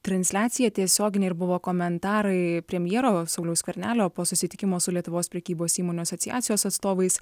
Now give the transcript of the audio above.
transliacija tiesioginė ir buvo komentarai premjero sauliaus skvernelio po susitikimo su lietuvos prekybos įmonių asociacijos atstovais